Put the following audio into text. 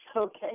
okay